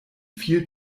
viel